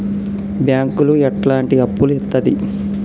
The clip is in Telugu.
బ్యాంకులు ఎట్లాంటి అప్పులు ఇత్తది?